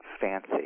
fancy